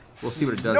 we'll see what and it